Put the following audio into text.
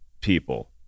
people